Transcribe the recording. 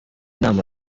intama